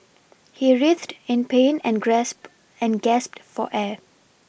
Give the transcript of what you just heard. he writhed in pain and grasp and gasped for air